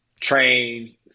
train